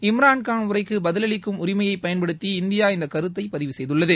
இம்ரான்கான் உரைக்கு பதிலளிக்கும் உரிமையை பயன்படுத்தி இந்தியா இஇந்த கருத்தை பதிவு செய்துள்ளது